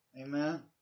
Amen